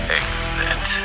exit